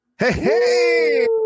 Hey